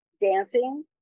dancing